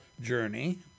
journey